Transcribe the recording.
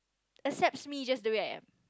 accepts me just the way I am